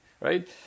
right